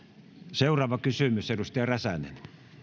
seuraava kysymys edustaja räsänen